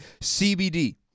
CBD